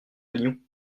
allions